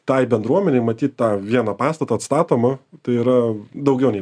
tai bendruomenei matyt tą vieną pastatą atstatomą tai yra daugiau nei